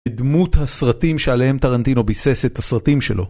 דמות הסרטים שעליהם טרנטינו ביסס את הסרטים שלו